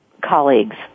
Colleagues